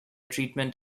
treatment